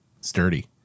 Sturdy